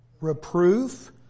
reproof